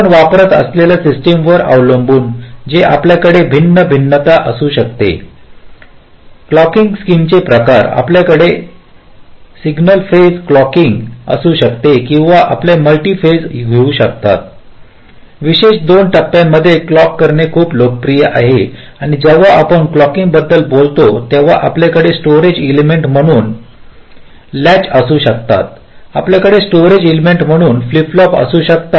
आपण वापरत असलेल्या सिस्टमवर अवलंबून म्हणजे आपल्याकडे भिन्न भिन्नता असू शकते क्लोकिंग स्कीमचे प्रकार आपल्याकडे सिंगल फेज क्लोकिंग असू शकते किंवा आपण मल्टी फेज घेऊ शकता विशेषत दोन टप्प्यांत क्लॉक करणे खूप लोकप्रिय आहे आणि जेव्हा आपण क्लोकिंगबद्दल बोलता तेव्हा आपल्याकडे स्टोरेज एलिमेंट म्हणून लॅच असू शकतात आपल्याकडे स्टोरेज एलिमेंट म्हणून फ्लिप फ्लॉप असू शकतात